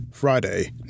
Friday